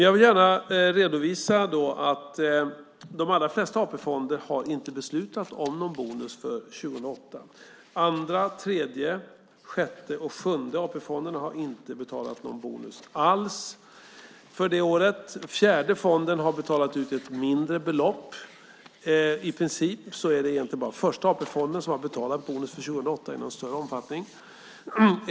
Jag vill gärna redovisa att de allra flesta AP-fonderna inte har beslutat om någon bonus för 2008. Andra, Tredje, Sjätte och Sjunde AP-fonderna har inte betalat någon bonus alls för det året. Fjärde AP-fonden har betalat ut ett mindre belopp. I princip är det egentligen bara Första AP-fonden som har betalat bonus för 2008 i någon större omfattning.